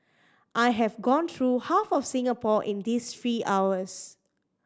I have gone through half of Singapore in these three hours